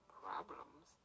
problems